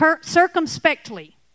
circumspectly